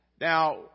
Now